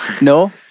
No